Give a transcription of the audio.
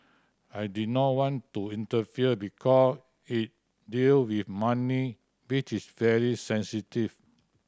I did not want to interfere because it dealt with money which is very sensitive